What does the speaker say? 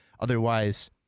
Otherwise